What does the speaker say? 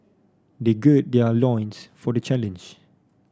they gird their loins for the challenge